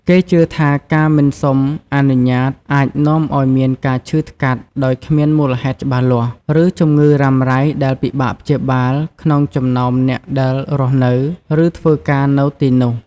គេជឿថា ការមិនសុំអនុញ្ញាតអាចនាំឲ្យមានការឈឺថ្កាត់ដោយគ្មានមូលហេតុច្បាស់លាស់ ឬជំងឺរ៉ាំរ៉ៃដែលពិបាកព្យាបាលក្នុងចំណោមអ្នកដែលរស់នៅ ឬធ្វើការនៅទីនោះ។